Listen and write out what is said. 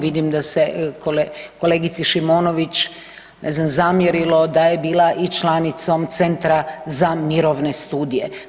Vidim da se kolegici Šimonović ne znam zamjerilo da je bila i članicom Centra za mirovne studije.